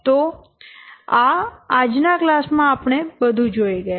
તો આ આજ ના કલાસ માં આપણે આ બધું જોઈ ગયા